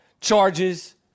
charges